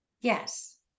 yes